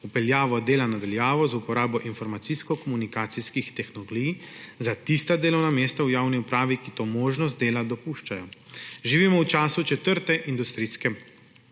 vpeljavo dela na daljavo z uporabo informacijsko-komunikacijskih tehnologij za tista delovna mesta v javni upravi, ki to možnost dela dopuščajo. Živimo v času četrte industrijske